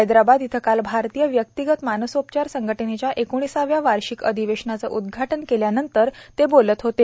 हैदराबाद इथं काल भारतीय व्यक्तीगत मानसोपचार संघटनेच्या एकोणिसाव्या वार्षिक अधिवेशनाचं उद्घाटन केल्यानंतर ते बोलत होते